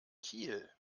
kiel